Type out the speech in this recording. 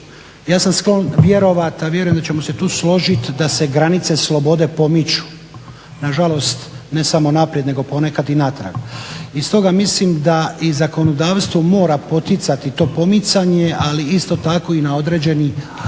Ja sam sklon vjerovati, a vjerujem da ćemo se tu složiti da se granice slobode pomiču. Nažalost, ne samo naprijed nego ponekad i natrag. I stoga mislim da i zakonodavstvo mora poticati to pomicanje, ali isto tako i na određeni